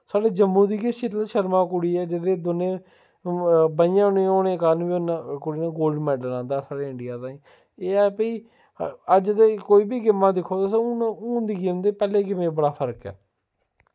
साढ़े जम्मू दी गै शीतल शर्मा कुड़ी ऐ जेह्दे दोनें बाहियां बी नेईं होनें कारन उन्न कुड़ी नै गोलड मैडल आंह्दा साढ़े इंडिया ताईं एह् ऐ भाई अज्ज ते कोई बी गेमां दिक्खो तुस हून दी गेम ते पैह्लें दी गेमें च बड़ा फर्क ऐ